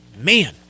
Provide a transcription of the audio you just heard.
man